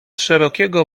szerokiego